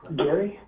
gary?